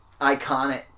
iconic